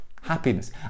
happiness